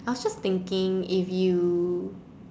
I was just thinking if you